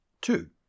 Two